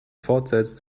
fortsetzt